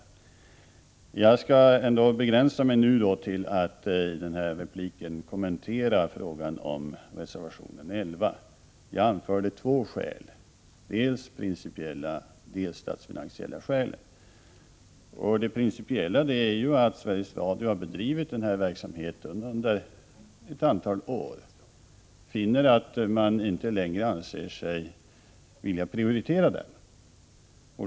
I denna replik skall jag begränsa mig till att kommentera reservation 11. Jag anförde två skäl — dels det principiella skälet, dels det statsfinansiella. Det principiella skälet är ju att Sveriges Radio har bedrivit denna verksamhet under ett antal år och finner att man inte längre vill prioritera den.